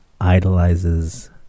idolizes